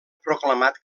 proclamat